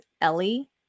Ellie